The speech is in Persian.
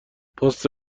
پست